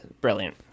Brilliant